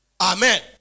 Amen